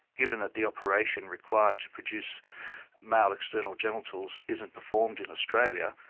given that the operation required to produce male external genitals isn't performed in australia,